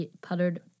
puttered